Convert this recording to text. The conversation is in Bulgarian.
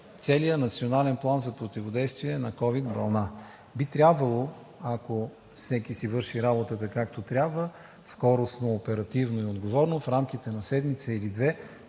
целия Национален план за противодействие на ковид вълна. Би трябвало, ако всеки си върши работата така, както трябва – скоростно, оперативно и отговорно, в рамките на седмица или две